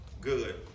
good